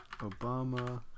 Obama